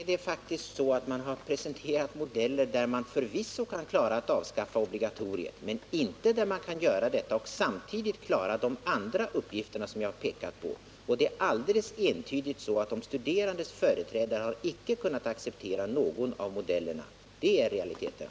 Herr talman! Utredningen har förvisso presenterat modeller där man klarar att avskaffa obligatoriet men inte där man gör det och samtidigt klarar de andra uppgifter som jag pekat på. Och det är alldeles entydigt så att de studerandes företrädare inte har kunnat acceptera någon av modellerna. Detta är realiteterna.